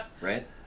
Right